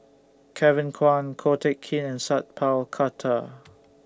Kevin Kwan Ko Teck Kin Sat Pal Khattar